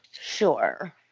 Sure